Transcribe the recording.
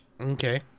Okay